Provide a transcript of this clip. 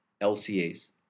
LCAs